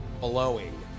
blowing